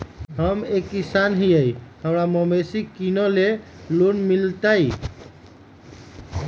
हम एक किसान हिए हमरा मवेसी किनैले लोन मिलतै?